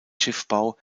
schiffbau